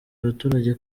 abaturage